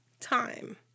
time